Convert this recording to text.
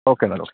ഓക്ക എന്നാളെ